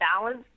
balance